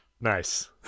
Nice